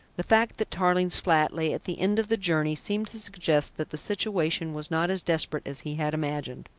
the fact that tarling's flat lay at the end of the journey seemed to suggest that the situation was not as desperate as he had imagined.